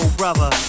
brother